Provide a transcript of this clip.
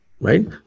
right